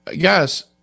Guys